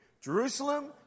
Jerusalem